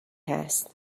هست